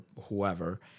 whoever